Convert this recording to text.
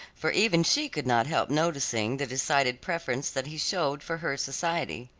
for even she could not help noticing the decided preference that he showed for her society.